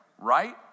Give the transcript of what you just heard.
right